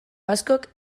askok